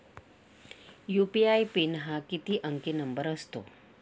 UPI PIN हा किती अंकी नंबर असतो?